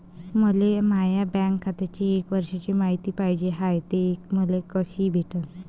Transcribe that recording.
मले माया बँक खात्याची एक वर्षाची मायती पाहिजे हाय, ते मले कसी भेटनं?